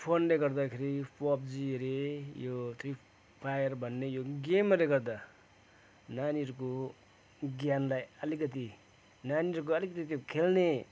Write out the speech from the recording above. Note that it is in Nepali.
फोनले गर्दाखेरि यो पब्जी अरे यो फ्रि फायर भन्ने यो गेमहरूले गर्दा नानीहरूको ज्ञानलाई अलिकति नानीहरूको अलिकति यो खेल्ने